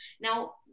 now